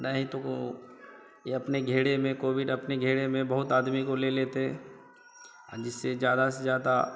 नहीं तो वह यह अपने घेरे में कोविड अपने घेरे में बहुत आदमी को ले लेती जिससे ज़्यादा से ज़्यादा